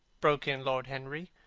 broke in lord henry,